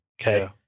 Okay